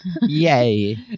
Yay